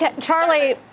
Charlie